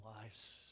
lives